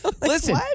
Listen